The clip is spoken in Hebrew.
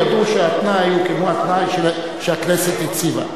ידעו שהתנאי הוא כמו התנאי שהכנסת הציבה.